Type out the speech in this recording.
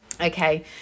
Okay